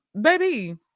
baby